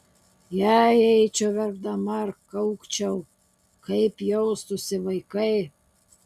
jei eičiau verkdama ir kaukčiau kaip jaustųsi vaikai